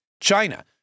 China